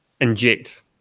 inject